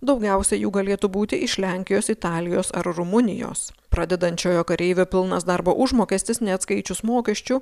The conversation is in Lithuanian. daugiausia jų galėtų būti iš lenkijos italijos ar rumunijos pradedančiojo kareivio pilnas darbo užmokestis neatskaičius mokesčių